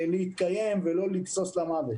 להתקיים ולא לגסוס למוות.